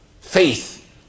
faith